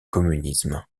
communisme